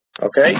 Okay